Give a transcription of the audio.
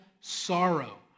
sorrow